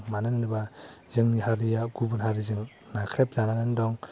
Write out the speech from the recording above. मानो होनोबा जोंनि हारिया गुबुन हारिजों नाख्रेबजानानै दं